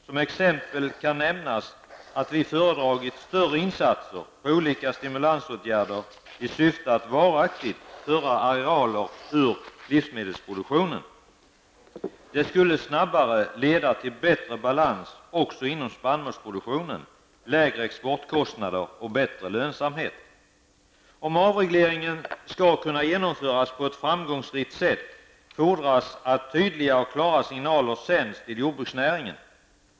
Som exempel kan nämnas att vi föredragit större insatser av olika stimulansåtgärder i syfte att varaktigt föra arealer ur livsmedelsproduktionen. Det skulle snabbare leda till bättre balans också inom spannmålsproduktionen, lägre exportkostnader och bättre lönsamhet. Om avregleringen skall kunna genomföras på ett framgångsrikt sätt fordras att tydliga och klara signaler sänds till jordbruksnäringen.